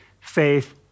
faith